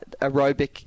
aerobic